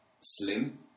slim